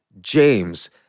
James